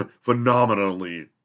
phenomenally